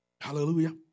Hallelujah